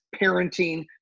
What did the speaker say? parenting